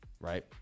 right